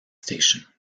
station